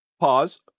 Pause